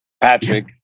Patrick